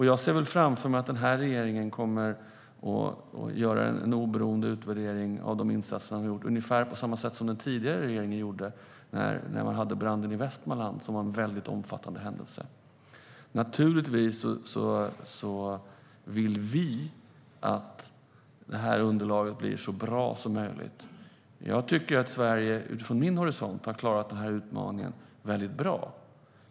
Jag ser väl framför mig att den här regeringen kommer att göra en oberoende utvärdering av de insatser den har gjort ungefär på samma sätt som den tidigare regeringen gjorde i samband med branden i Västmanland, som var en väldigt omfattande händelse. Naturligtvis vill vi att det här underlaget blir så bra som möjligt. Jag tycker från min horisont att Sverige har klarat den här utmaningen väldigt bra.